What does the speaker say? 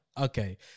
Okay